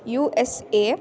USA